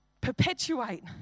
Perpetuate